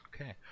Okay